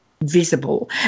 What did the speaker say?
visible